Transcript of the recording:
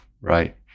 right